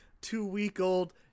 two-week-old